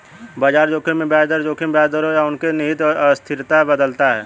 बाजार जोखिम में ब्याज दर जोखिम ब्याज दरों या उनके निहित अस्थिरता बदलता है